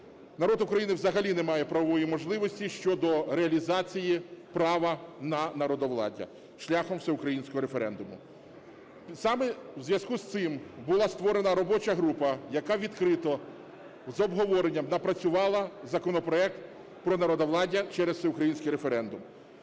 народ України взагалі не має правової можливості щодо реалізації права на народовладдя шляхом всеукраїнського референдуму. Саме у зв'язку з цим була створена робоча група, яка відкрито, з обговоренням напрацювала законопроект про народовладдя через всеукраїнський референдум.